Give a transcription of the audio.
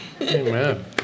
Amen